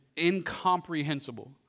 incomprehensible